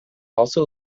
also